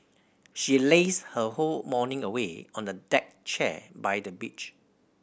she lazed her whole morning away on the deck chair by the beach